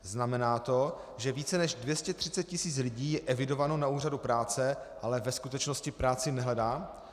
Znamená to, že více než 230 tisíc lidí je evidováno na úřadu práce, ale ve skutečnosti práci nehledá?